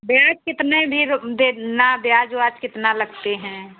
ब्याज कितने भी रु दे ना ब्याज व्याज कितना लगते हैं